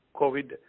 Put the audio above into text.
COVID